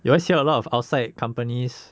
you always hear a lot of outside companies